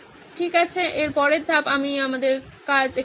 ঠিক আছে এর পরের ধাপ তাই আমাদের কাজ শেষ